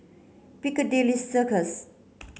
Piccadilly Circus